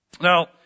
Now